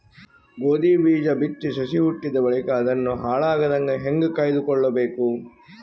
ಗೋಧಿ ಬೀಜ ಬಿತ್ತಿ ಸಸಿ ಹುಟ್ಟಿದ ಬಳಿಕ ಅದನ್ನು ಹಾಳಾಗದಂಗ ಹೇಂಗ ಕಾಯ್ದುಕೊಳಬೇಕು?